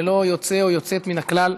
ללא יוצא או יוצאת מן הכלל.